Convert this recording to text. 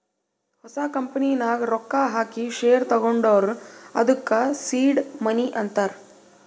ಹೊಸ ಕಂಪನಿ ನಾಗ್ ರೊಕ್ಕಾ ಹಾಕಿ ಶೇರ್ ತಗೊಂಡುರ್ ಅದ್ದುಕ ಸೀಡ್ ಮನಿ ಅಂತಾರ್